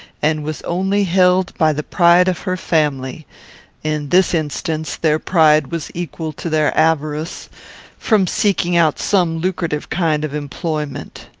and was only held by the pride of her family in this instance their pride was equal to their avarice from seeking out some lucrative kind of employment.